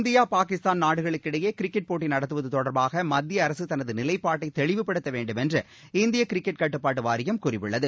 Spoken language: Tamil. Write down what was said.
இந்தியா பாகிஸ்தான் நாடுகளுக்கிடையே கிரிக்கெட் போட்டி நடத்துவது தொடர்பாக மத்திய அரசு தனது நிலைப்பாட்டை தெளிவுபடுத்த வேண்டும் என்று இந்திய கிரிக்கெட் கட்டுப்பாட்டு வாரியம் கூறியுள்ளது